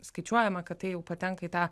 skaičiuojama kad tai jau patenka į tą